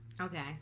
Okay